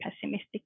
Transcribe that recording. pessimistic